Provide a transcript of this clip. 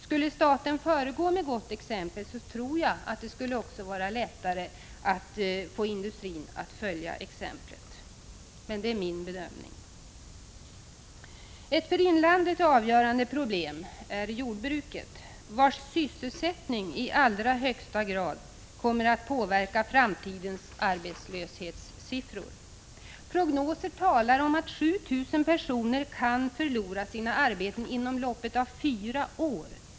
Skulle staten föregå med gott exempel tror jag att det skulle vara lättare att få industrin att följa exemplet. Men det är min bedömning. Ett för inlandet avgörandet problem är jordbruket, vars sysselsättning i allra högsta grad kommer att påverka framtidens arbetslöshetssiffror. Prognoser talar om att 7 000 personer kan förlora sina arbeten inom loppet av fyra år.